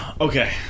Okay